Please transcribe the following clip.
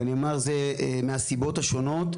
ואני אומר שזה מהסיבות השונות,